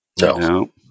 No